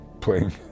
playing